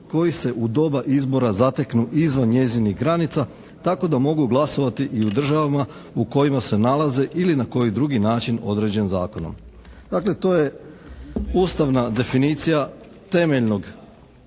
koji se u doba izbora zateknu izvan njezinih granica tako da mogu glasovati i u državama u kojima se nalaze ili na koji drugi način određen zakonom. Dakle to je ustavna definicija temeljnog